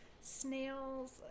snails